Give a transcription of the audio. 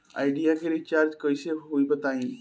Idea के recharge कइसे होई बताईं?